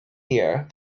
here